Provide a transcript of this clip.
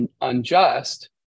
unjust